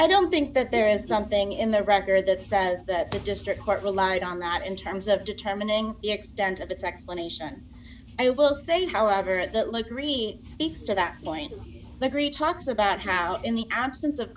i don't think that there is something in the record that says that the district court relied on not in terms of determining the extent of its explanation i will say however that like really speaks to that point the three talks about how in the absence of